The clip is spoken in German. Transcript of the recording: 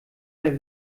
der